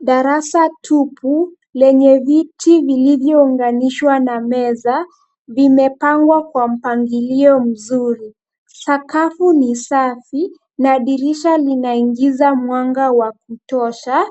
Darasa tupu lenye viti vilivyounganishwa na meza vimepangwa kwa mpangilio mzuri. Sakafu ni safi na dirisha linaingiza mwanga wa kutosha